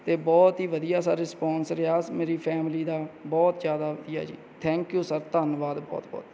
ਅਤੇ ਬਹੁਤ ਹੀ ਵਧੀਆ ਸਾਰੇ ਰਿਸਪੋਂਸ ਰਿਹਾ ਸ ਮੇਰੀ ਫੈਮਿਲੀ ਦਾ ਬਹੁਤ ਜ਼ਿਆਦਾ ਵਧੀਆ ਜੀ ਥੈਂਕ ਯੂ ਸਰ ਧੰਨਵਾਦ ਬਹੁਤ ਬਹੁਤ